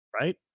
Right